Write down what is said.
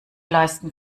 leisten